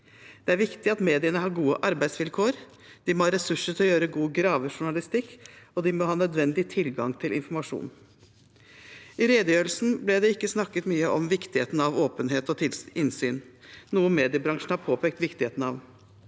Det er viktig at mediene har gode arbeidsvilkår. De må ha ressurser til å gjøre god gravejournalistikk, og de må ha nødvendig tilgang til informasjon. I redegjørelsen ble det ikke snakket mye om viktigheten av åpenhet og innsyn, noe mediebransjen har påpekt viktigheten av.